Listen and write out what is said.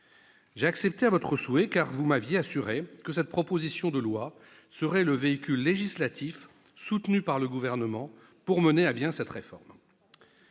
J'ai accédé à votre souhait, car vous m'aviez assuré que cette proposition de loi serait le véhicule législatif soutenu par le Gouvernement pour mener à bien sa réforme.